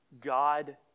God